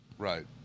Right